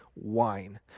wine